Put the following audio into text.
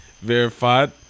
Verified